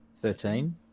Thirteen